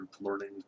learning